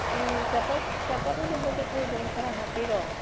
ꯑꯦ ꯆꯄꯜꯒꯨꯝꯕꯗꯨꯁꯨ ꯑꯗꯨꯝ ꯈꯔ ꯍꯥꯞꯄꯤꯔꯣ